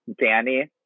Danny